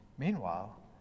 Meanwhile